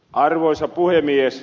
arvoisa puhemies